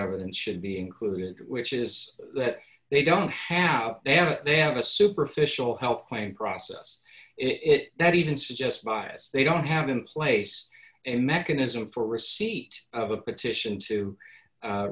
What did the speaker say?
evidence should be included which is that they don't have they have they have a superficial health claim process it that even suggests bias they don't have in place a mechanism for receipt of a petition to